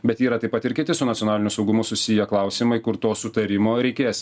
bet yra taip pat ir kiti su nacionaliniu saugumu susiję klausimai kur to sutarimo reikės